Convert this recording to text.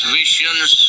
visions